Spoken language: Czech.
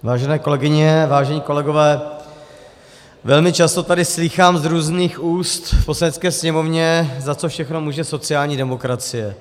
Vážené kolegyně, vážení kolegové, velmi často tady slýchám z různých úst v Poslanecké sněmovně, za co všechno může sociální demokracie.